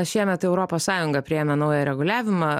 šiemet europos sąjunga priėmė naują reguliavimą